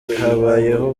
habayeho